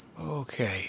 Okay